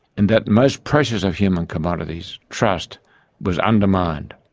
and that most precious of human commodities trust was undermined.